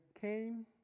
came